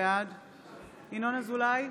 בעד ינון אזולאי,